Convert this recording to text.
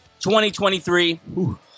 2023